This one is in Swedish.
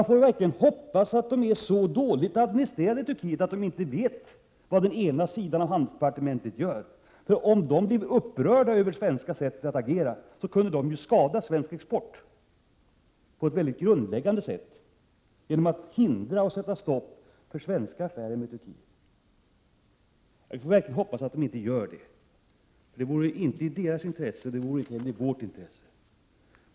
Vi får verkligen hoppas att administrationen i Turkiet är sådan att den ena sidan inte vet vad den andra sidan gör. Om man i Turkiet skulle bli upprörd över det svenska sättet att agera kunde det ju allvarligt skada svensk export genom att Turkiet satte stopp för svenska exportaffärer till Turkiet. Vi får verkligen hoppas att Turkiet inte gör det, för det vore inte i någons intresse.